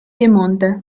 piemonte